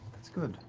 that's good.